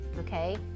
okay